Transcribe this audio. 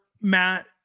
Matt